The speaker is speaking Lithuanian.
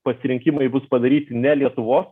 pasirinkimai bus padaryti ne lietuvos